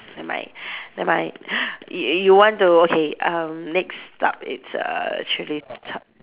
never mind never mind you you want to okay um next stop it's err